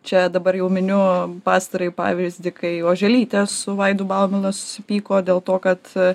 čia dabar jau miniu pastarąjį pavyzdį kai oželytė su vaidu baumila susipyko dėl to kad